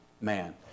man